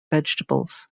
vegetables